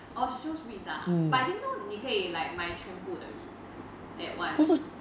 oh she chose REIT ah but I didn't know 你可以 like 买全部的 REITs at once